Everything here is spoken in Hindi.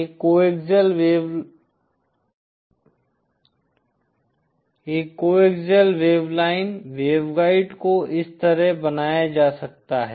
एक कोएक्सिअल वेव लाइन वेवगाइड को इस तरह बनाया जा सकता है